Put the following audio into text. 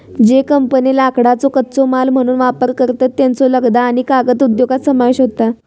ज्ये कंपन्ये लाकडाचो कच्चो माल म्हणून वापर करतत, त्येंचो लगदा आणि कागद उद्योगात समावेश होता